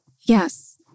Yes